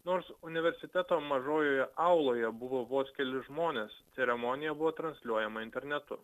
nors universiteto mažojoje auloje buvo vos keli žmonės ceremonija buvo transliuojama internetu